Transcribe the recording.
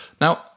Now